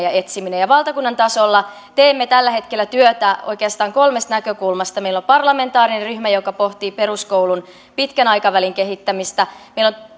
ja etsiminen valtakunnan tasolla teemme tällä hetkellä työtä oikeastaan kolmesta näkökulmasta meillä on parlamentaarinen ryhmä joka pohtii peruskoulun pitkän aikavälin kehittämistä meillä